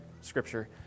scripture